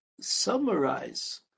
summarize